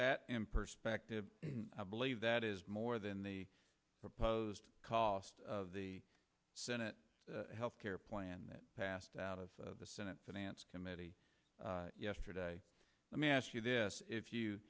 that in perspective i believe that is more than the proposed cost of the senate health care plan that passed out of the senate finance committee yesterday let me ask you this if you